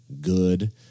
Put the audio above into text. good